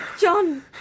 John